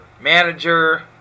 manager